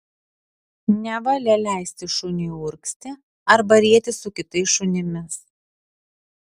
nevalia leisti šuniui urgzti arba rietis su kitais šunimis